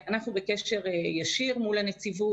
אנחנו בקשר ישיר מול הנציבות,